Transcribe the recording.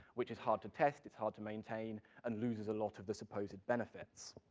which is hard to test, it's hard to maintain, and loses a lot of the supposed benefits.